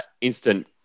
instant